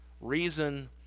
reason